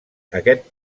aquest